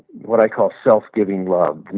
what i call self-giving love.